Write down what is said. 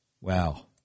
Wow